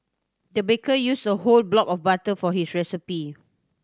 the baker used a whole block of butter for this recipe